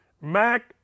Mac